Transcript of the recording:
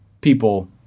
people